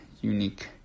unique